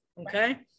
Okay